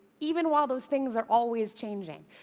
even while those things are always changing.